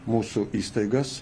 mūsų įstaigas